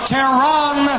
Tehran